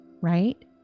right